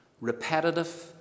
repetitive